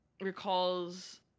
recalls